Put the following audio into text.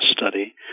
study